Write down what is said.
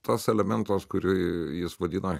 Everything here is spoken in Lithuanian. tas elementas kurį jis vadino